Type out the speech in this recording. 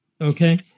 okay